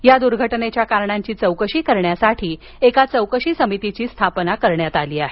या दुर्घटनेच्या कारणांची चौकशी करण्यासाठी एका चौकशी समितीची स्थापना करण्यात आली आहे